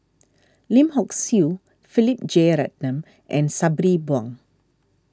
Lim Hock Siew Philip Jeyaretnam and Sabri Buang